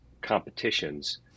competitions